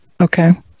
Okay